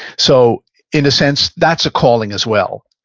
so in a sense, that's a calling as well.